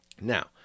Now